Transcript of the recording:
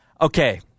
Okay